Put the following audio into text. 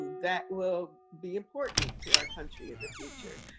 that will be important to our country in the future.